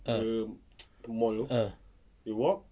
ah ah